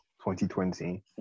2020